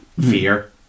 fear